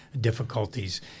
difficulties